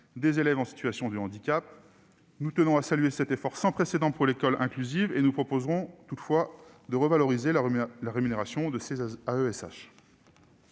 des élèves en situation de handicap. Si nous tenons à saluer cet effort sans précédent en faveur de l'école inclusive, nous proposerons toutefois de revaloriser la rémunération des AESH.